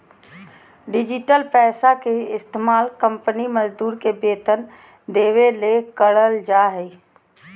digital पैसा के इस्तमाल कंपनी मजदूर के वेतन देबे ले करल जा हइ